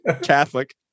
Catholic